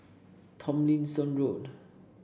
Tomlinson Road